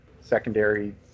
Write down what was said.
secondary